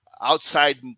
outside